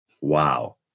Wow